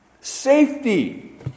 safety